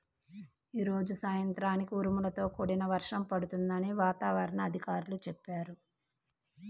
యీ రోజు సాయంత్రానికి ఉరుములతో కూడిన వర్షం పడుతుందని వాతావరణ అధికారులు చెప్పారు